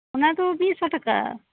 ᱚᱱᱟ ᱫᱚ ᱢᱤᱫ ᱥᱚ ᱴᱟᱠᱟ